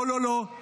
לא לא לא,